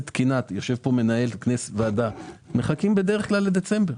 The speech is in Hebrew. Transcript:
בעודפים מחכים בדרך כלל לדצמבר.